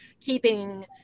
keeping